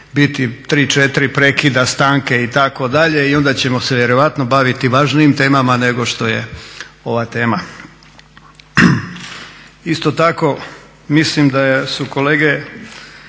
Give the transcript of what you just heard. biti 3, 4 prekida, stanke i tako dalje i onda ćemo se vjerojatno baviti važnijim temama nego što je ova tema. Isto tako mislim da su kolega